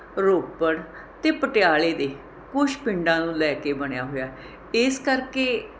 ਰੋਪੜ ਅਤੇ ਪਟਿਆਲੇ ਦੇ ਕੁਝ ਪਿੰਡਾਂ ਨੂੰ ਲੈ ਕੇ ਬਣਿਆ ਹੋਇਆ ਇਸ ਕਰਕੇ